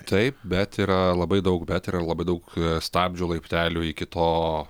taip bet yra labai daug bet yra labai daug stabdžių laiptelių iki to